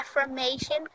affirmation